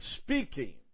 speaking